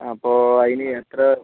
അപ്പം അതിന് എത്ര